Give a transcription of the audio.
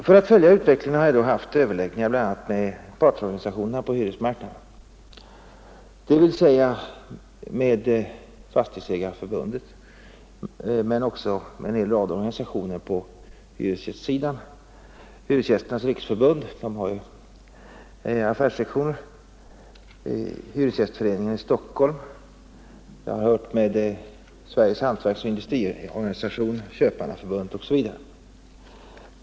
För att följa utvecklingen har jag alltså haft överläggningar med bl.a. partsorganisationerna på hyresmarknaden — dvs. med Fastighetsägareförbundet — men också med en hel rad organisationer på hyresgästsidan. Hyresgästernas riksförbund har ju en affärssektion, och jag har vidare talat med Hyresgästföreningen i Storstockholm, Sveriges hantverksoch industriorganisation, Köpmannaförbundet osv.